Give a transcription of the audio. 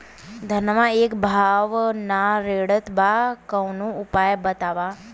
धनवा एक भाव ना रेड़त बा कवनो उपाय बतावा?